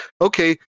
Okay